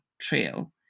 trail